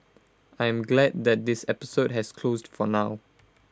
I am glad that this episode has closed for now